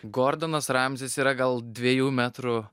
gordonas ramzis yra gal dviejų metrų